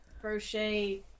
crochet